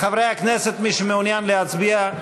חברי הכנסת, מי שמעוניין להצביע,